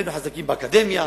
היינו חזקים באקדמיה,